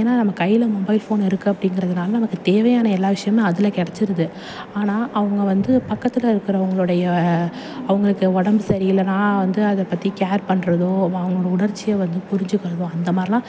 ஏன்னா நம்ம கையில் மொபைல் ஃபோன் இருக்குது அப்படிங்கிறதுனால நமக்கு தேவையான எல்லா விஷியமும் அதில் கிடச்சிருது ஆனால் அவங்க வந்து பக்கத்தில் இருக்கிற அவங்களுடைய அவங்களுக்கு உடம்பு சரி இல்லைன்னா வந்து அதை பற்றி கேர் பண்ணுறதோ வா அவங்களோட உணர்ச்சியை வந்து புரிஞ்சிக்கிறதும் அந்த மாதிரிலாம்